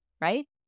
right